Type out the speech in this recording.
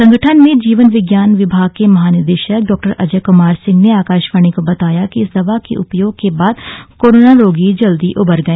संगठन में जीवन विज्ञान विभाग के महानिदेशक डॉक्टर अजय कुमार सिंह ने आकाशवाणी को बताया कि इस दवा के उपयोग के बाद कोरोना रोगी जल्दी उबर गए